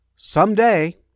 Someday